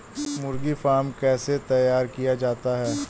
मुर्गी फार्म कैसे तैयार किया जाता है?